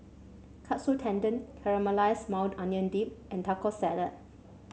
Katsu Tendon Caramelized Maui Onion Dip and Taco Salad